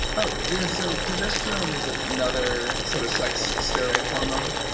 oh yeah. so progesterone is ah another, sort of, sex steroid hormone.